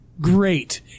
great